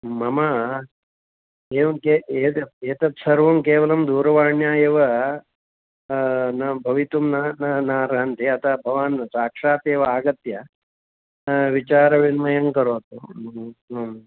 मम एवं के एतत् एतत् सर्वं केवलं दूरवाण्या एव न भवितुं न न न अर्हन्ति अतः भवान् साक्षात् एव आगत्य विचारविनिमयं करोतु ह्म् ह्म् ह्म्